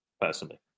personally